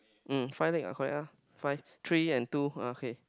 um five leg ah correct ah five three and two ah okay